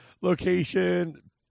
location